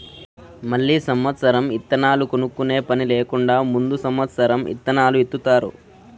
మళ్ళీ సమత్సరం ఇత్తనాలు కొనుక్కునే పని లేకుండా ముందు సమత్సరం ఇత్తనాలు ఇత్తుతారు